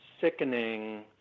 sickening